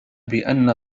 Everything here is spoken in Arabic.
بأن